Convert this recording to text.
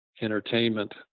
entertainment